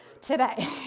today